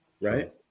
Right